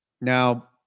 Now